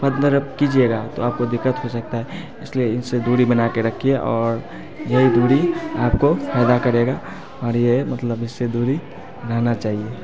कीजिएगा तो आपको दिक्कत हो सकता है इसलिए इनसे दूरी बना के रखिए और यही दूरी आपको फायदा करेगा और ये मतलब इससे दूरी रहना चाहिए